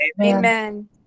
Amen